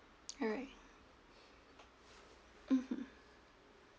alright mmhmm